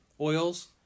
oils